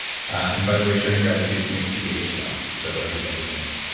and by the way, showing gratitude makes you ageless, so everybody wins.